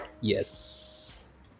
Yes